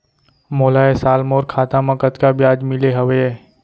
मोला ए साल मोर खाता म कतका ब्याज मिले हवये?